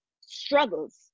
struggles